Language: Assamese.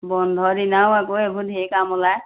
বন্ধৰ দিনাও আকৌ এ ধেৰ কাম ওলাই